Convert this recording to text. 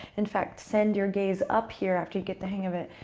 in fact, send your gaze up here after you get the hang of it.